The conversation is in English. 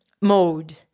mode